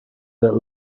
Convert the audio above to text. that